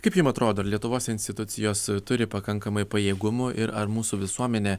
kaip jum atrodo ar lietuvos institucijos turi pakankamai pajėgumų ir ar mūsų visuomenė